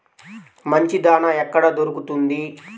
మంచి దాణా ఎక్కడ దొరుకుతుంది?